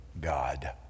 God